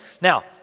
Now